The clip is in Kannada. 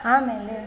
ಆಮೇಲೆ